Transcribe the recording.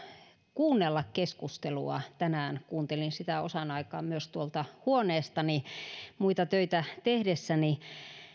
kuunnella keskustelua tänään kuuntelin sitä osan aikaa myös tuolta huoneestani muita töitä tehdessäni